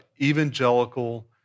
evangelical